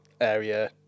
area